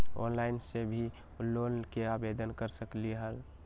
Online से भी loan के आवेदन कर सकलीहल?